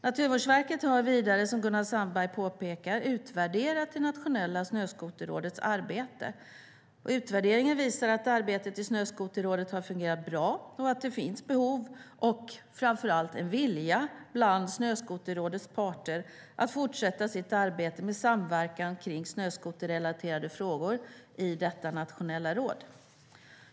Naturvårdsverket har vidare, som Gunnar Sandberg påpekar, utvärderat Nationella Snöskoterrådets arbete. Utvärderingen visar att arbetet i Snöskoterrådet har fungerat bra och att det finns ett behov och framför allt en vilja bland Snöskoterrådets parter att fortsätta sitt arbete med samverkan kring snöskoterrelaterade frågor i detta nationella råd.